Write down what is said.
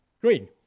green